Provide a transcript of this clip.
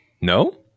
No